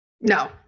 No